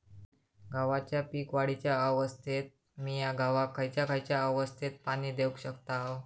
गव्हाच्या पीक वाढीच्या अवस्थेत मिया गव्हाक खैयचा खैयचा अवस्थेत पाणी देउक शकताव?